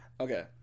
Okay